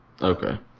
Okay